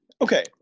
Okay